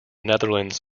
netherlands